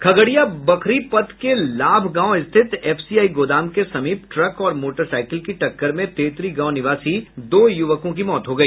खगड़िया बखरी पथ के लाभ गांव स्थित एफसीआई गोदाम के समीप ट्रक और मोटरसाइकिल की टक्कर में तेतरी गांव निवासी दो युवकों की मौत हो गई